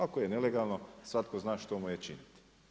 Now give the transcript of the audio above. Ako je nelegalno, svatko zna što mu je činiti.